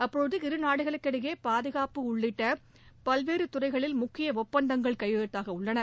அப்போது இருநாடுகளிடையே பாதுகாப்பு உள்ளிட்ட பல்வேறு துறைகளில் முக்கிய அப்பந்தங்கள் கையெழுத்தாகவுள்ளன